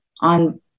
on